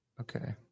Okay